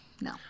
No